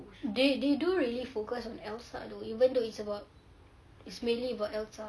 they they do really focus on elsa though even though it's about it's mainly about elsa